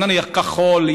נניח כחול,